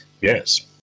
yes